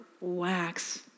wax